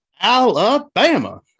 Alabama